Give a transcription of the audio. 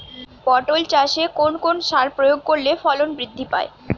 পটল চাষে কোন কোন সার প্রয়োগ করলে ফলন বৃদ্ধি পায়?